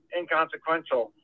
inconsequential